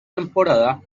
temporada